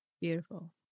beautiful